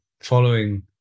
Following